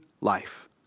life